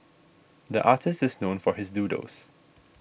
the artist is known for his doodles